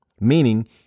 meaning